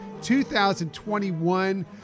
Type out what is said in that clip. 2021